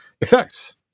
effects